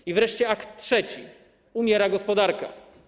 I wreszcie akt trzeci: umiera gospodarka.